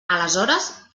aleshores